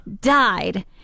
died